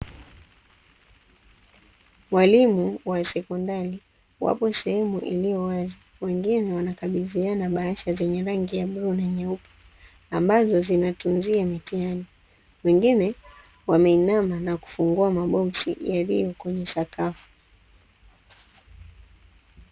Walimu wa sekondari wapo sehemu iliyo wazi wengine wanakabidhiana bahasha zenye rangi ya bluu na nyeupe, ambazo zinatunzia mitihani wengine wameinama na kufungua maboksi yaliyo kwenye sakafu.